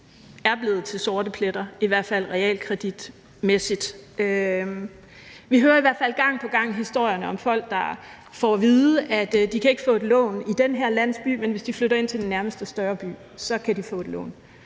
er blevet til sorte pletter, i hvert fald realkreditmæssigt. Vi hører i hvert fald gang på gang historierne om folk, der får at vide, at de ikke kan få et lån i en eller anden landsby, men at hvis de flytter ind til den nærmeste større by, kan de få et lån,